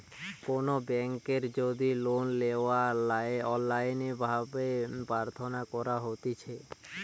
কোনো বেংকের যদি লোন লেওয়া অনলাইন ভাবে প্রার্থনা করা হতিছে